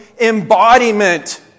embodiment